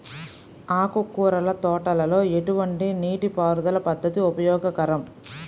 ఆకుకూరల తోటలలో ఎటువంటి నీటిపారుదల పద్దతి ఉపయోగకరం?